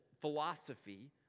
philosophy